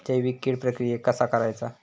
जैविक कीड प्रक्रियेक कसा करायचा?